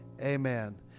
amen